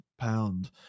pound